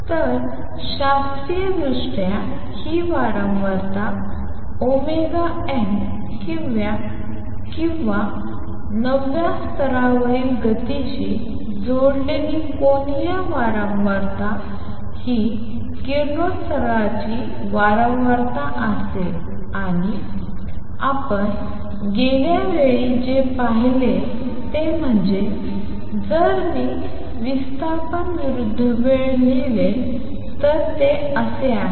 तर शास्त्रीयदृष्ट्या ही वारंवारता ओमेगा एन किंवा नवव्या स्तरावरील गतीशी जोडलेली कोनीय वारंवारता ही किरणोत्सर्गाची वारंवारता असेल आणि आपण गेल्या वेळी जे पाहिले ते म्हणजे जर मी विस्थापन विरुद्ध वेळ लिहिले तर ते असे आहे